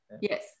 yes